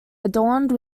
adorned